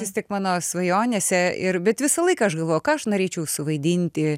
jis tik mano svajonėse ir bet visą laiką aš galvoju ką aš norėčiau suvaidinti